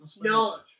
No